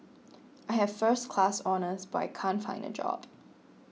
I have first class honours but I can't find a job